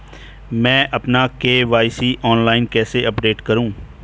मैं अपना KYC online कैसे अपडेट करूँ?